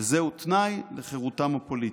וזהו תנאי לחירותם הפוליטית.